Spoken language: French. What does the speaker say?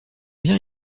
bien